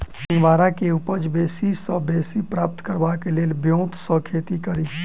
सिंघाड़ा केँ उपज बेसी सऽ बेसी प्राप्त करबाक लेल केँ ब्योंत सऽ खेती कड़ी?